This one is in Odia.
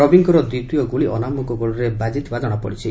ରବିଙ୍କର ଦ୍ୱିତୀୟ ଗୁଳି ଅନାମଙ୍କ ଗୋଡରେ ବାଜିଥିବା ଜଣାପଡିଛି